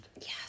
Yes